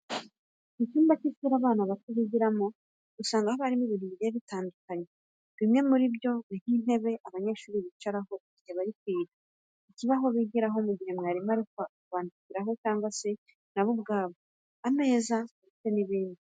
Mu cyumba cy'ishuri abana bato bigiramo usanga haba harimo ibintu bigiye bitandukanye. Bimwe muri byo ni nk'intebe abanyeshurri bicaraho igihe bari kwiga, ikibaho bigiraho mu gihe mwarimu ari kucyandikiraho cyangwa se na bo ubwabo, ameza ndetse n'ibindi.